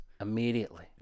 immediately